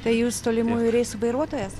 tai jūs tolimųjų reisų vairuotojas